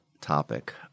topic